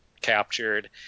captured